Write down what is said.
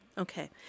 Okay